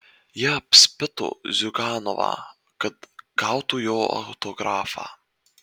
jie apspito ziuganovą kad gautų jo autografą